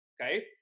okay